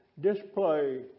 display